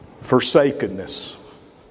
Forsakenness